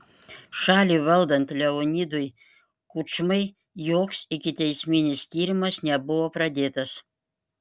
šalį valdant leonidui kučmai joks ikiteisminis tyrimas nebuvo pradėtas